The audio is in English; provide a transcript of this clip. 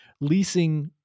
leasing